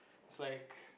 swank